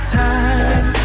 time